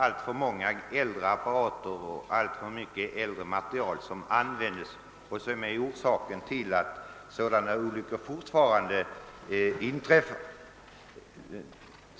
Alltjämt finns emellertid kvar alltför mycket äldre materiel som används och som leder till att dylika olyckor fortfarande inträffar.